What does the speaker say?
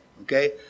Okay